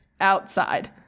outside